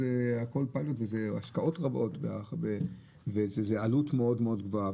מדובר בהשקעות רבות ובעלות מאוד מאוד גבוהה.